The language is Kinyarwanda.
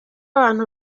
abantu